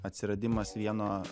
atsiradimas vieno